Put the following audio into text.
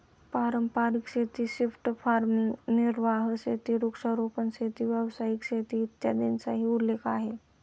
पारंपारिक शेती, shift farming, निर्वाह शेती, वृक्षारोपण शेती, व्यावसायिक शेती, इत्यादींचाही उल्लेख आहे